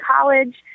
college